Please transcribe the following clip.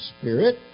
Spirit